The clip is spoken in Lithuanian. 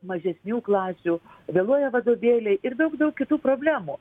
mažesnių klasių vėluoja vadovėliai ir daug daug kitų problemų